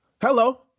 Hello